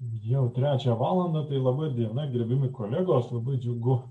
jau trečią valandą tai laba diena gerbiami kolegos labai džiugu